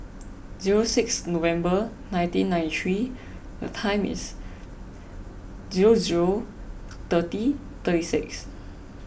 zero six November nineteen ninety three zero zero thirty thirty six